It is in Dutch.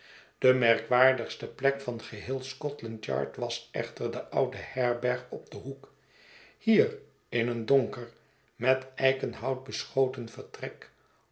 de merkwaardigste plek van geheel scotlant yard was echter de oude herberg op den hoek hier in een donker met eikenhout beschoten vertrek